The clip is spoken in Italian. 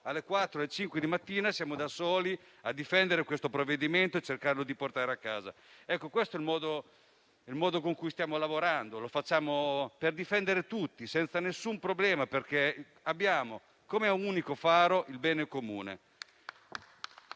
alle ore 5 di mattina siamo da soli a difendere questo provvedimento, cercando di portarlo a casa. Questo è il modo con cui stiamo lavorando. Lo facciamo per difendere tutti, senza nessun problema, perché abbiamo come unico faro il bene comune.